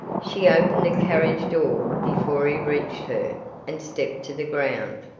she opened the carriage door before he reached her and stepped to the ground.